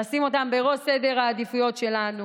נשים אותם בראש סדר העדיפויות שלנו,